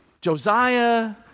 Josiah